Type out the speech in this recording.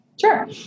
Sure